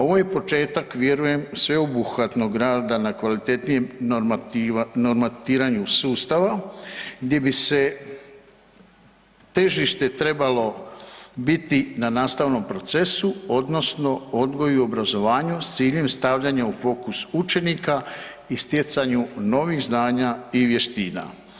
Ovo je početak vjerujem sveobuhvatnog rada na kvalitetnijem normatiranju sustava gdje bi se težište trebalo biti na nastavnom procesu, odnosno odgoju i obrazovanju s ciljem stavljanja u fokus učenika i stjecanju novih znanja i vještina.